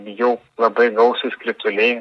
jau labai gausūs krituliai